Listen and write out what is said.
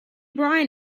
brian